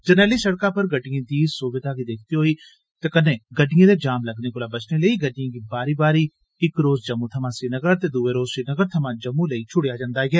जरनैली सड़कै पर गड़िडएं दी सुविधा गी दिक्खदे होई ते कन्नै गड़िडएं दे जाम लग्गने कोला बचने लेई गड़िडएं गी बारी बारी इक रोज़ जम्मू थमां श्रीनगर ते दुए रोज़ श्रीनगर थमां जम्मू लेई छुड़ेया जन्दा ऐ